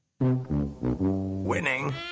Winning